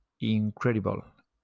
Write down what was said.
incredible